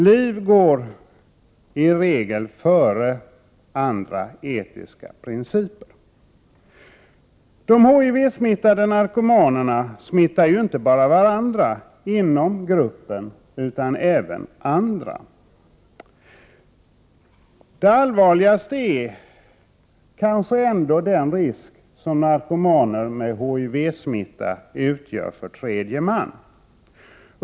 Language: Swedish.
Liv går i regel före andra etiska principer. De HIV-smittade narkomanerna smittar ju inte bara varandra inom gruppen utan även andra. Det allvarligaste är kanske ändå den risk som narkomaner med HIV-smitta utgör för tredje man.